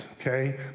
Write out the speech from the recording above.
okay